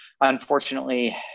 unfortunately